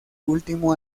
último